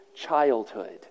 childhood